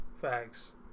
Facts